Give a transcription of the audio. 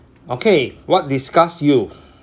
okay what disgust you